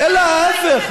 אלא ההפך,